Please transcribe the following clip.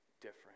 different